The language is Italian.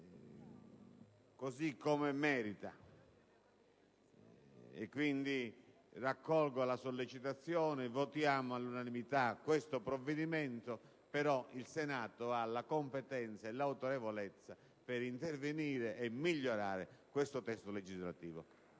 così come essa merita. Raccolgo quindi la sollecitazione: votiamo all'unanimità il provvedimento in esame, ma il Senato ha la competenza e l'autorevolezza per intervenire e migliorare questo testo legislativo.